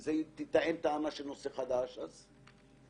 אם תתקבל טענה של נושא חדש זה ירד.